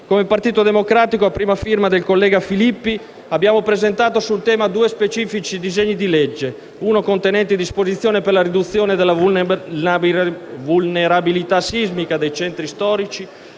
Come Partito Democratico, a prima firma del collega Filippi, abbiamo presentato sul tema due specifici disegni di legge: uno contenente disposizioni per la riduzione della vulnerabilità sismica dei centri storici;